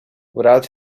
without